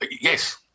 Yes